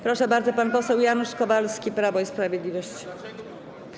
Proszę bardzo, pan poseł Janusz Kowalski, Prawo i Sprawiedliwość.